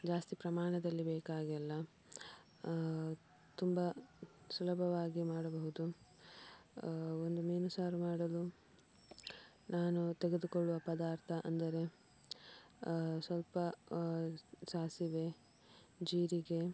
ಜಾಸ್ತಿ ಪ್ರಮಾಣದಲ್ಲಿ ಬೇಕಾಗಿಲ್ಲ ತುಂಬ ಸುಲಭವಾಗಿ ಮಾಡಬಹುದು ಒಂದು ಮೀನು ಸಾರು ಮಾಡಲು ನಾನು ತೆಗೆದುಕೊಳ್ಳುವ ಪದಾರ್ಥ ಅಂದರೆ ಸ್ವಲ್ಪ ಸಾಸಿವೆ ಜೀರಿಗೆ